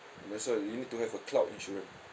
that's why you need to have a cloud insurance